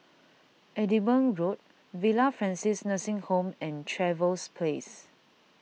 Edinburgh Road Villa Francis Nursing Home and Trevose Place